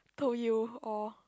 told you all